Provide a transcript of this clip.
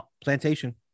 Plantation